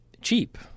cheap